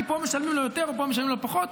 כי פה משלמים לו יותר ופה משלמים לו פחות.